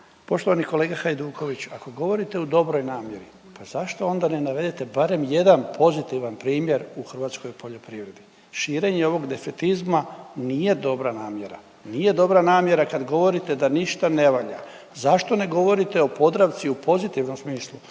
Poštovani kolega Hajduković, ako govorite u dobroj namjeri, pa zašto onda ne navedete barem jedan pozitivan primjer u hrvatskoj poljoprivredi? Širenje ovog defetizma nije dobra namjera, nije dobra namjera kad govorite da ništa ne valja. Zašto ne govorite o Podravci u pozitivnom smislu